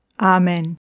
Amen